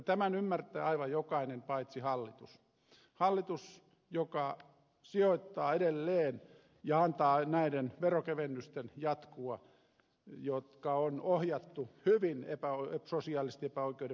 tämän ymmärtää aivan jokainen paitsi hallitus hallitus joka sijoittaa edelleen ja antaa näiden veronkevennysten jatkua jotka on ohjattu hyvin epäsosiaalisesti epäoikeudenmukaisesti